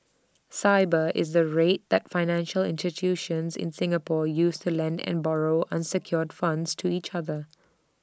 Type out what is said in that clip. Sibor is the rate that financial institutions in Singapore use to lend and borrow unsecured funds to each other